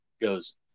goes –